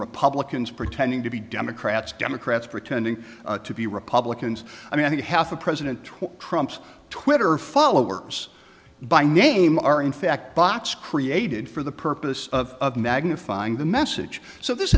republicans pretending to be democrats democrats pretending to be republicans i mean that half the president trumps twitter followers by name are in fact box created for the purpose of magnifying the message so this